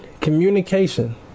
communication